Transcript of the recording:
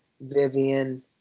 Vivian